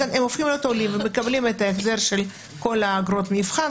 הם הופכים להיות עולים והם מקבלים את ההחזר של כל אגרות המבחן,